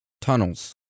Tunnels